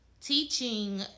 teaching